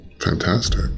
Fantastic